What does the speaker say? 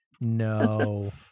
no